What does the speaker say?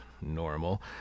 normal